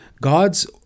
God's